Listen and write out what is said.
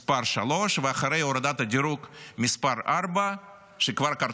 מס' שלוש, ואחרי הורדת הדירוג, שכבר קרתה,